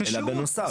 בנוסף.